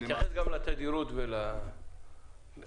תתייחס גם לתדירות ולאחוז.